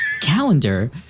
Calendar